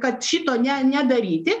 kad šito ne nedaryti